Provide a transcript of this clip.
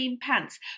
pants